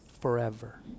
forever